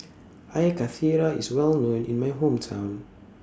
Air Karthira IS Well known in My Hometown